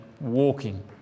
walking